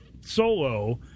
Solo